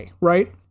right